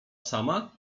sama